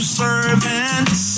servants